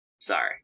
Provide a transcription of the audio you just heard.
Sorry